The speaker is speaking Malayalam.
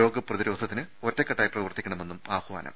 രോഗ പ്രതിരോധത്തിന് ഒറ്റക്കെട്ടായി പ്രവർത്തിക്കണമെന്നും ആഹ്വാനം